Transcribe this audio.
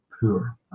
poor